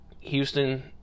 Houston